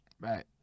Right